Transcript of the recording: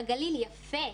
הגליל יפה.